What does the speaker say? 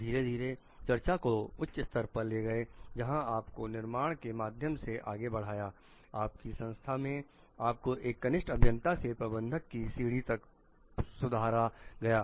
हम धीरे धीरे चर्चा को उच्च स्तर पर ले गए जहां आपको निर्णय के माध्यम से आगे बढ़ाया आपकी संस्था में आपको एक कनिष्ठ अभियंता से प्रबंधक की सीडी तक सुधारा गया